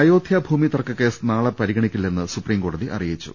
അയോദ്ധ്യാ ഭൂമി തർക്കകേസ് നാളെ പരിഗണിക്കില്ലെന്ന് സുപ്രീംകോടതി അറിയിച്ചു